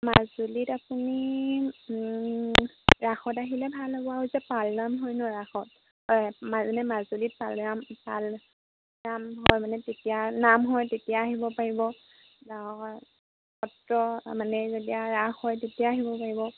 মাজুলীত আপুনি ৰাসত আহিলে ভাল হ'ব যে পালনাম হয় ন ৰাসত হয় মানে মাজুলীত পালনাম পালনাম হয় মানে তেতিয়া নাম হয় তেতিয়া আহিব পাৰিব সত্ৰ মানে যেতিয়া ৰাস হয় তেতিয়া আহিব পাৰিব